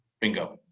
Bingo